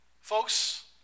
Folks